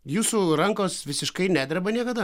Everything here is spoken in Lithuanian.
jūsų rankos visiškai nedreba niekada